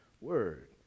word